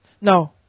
no